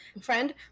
friend